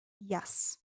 Yes